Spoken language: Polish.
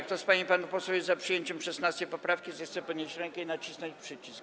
Kto z pań i panów posłów jest za przyjęciem 16. poprawki, zechce podnieść rękę i nacisnąć przycisk.